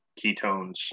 ketones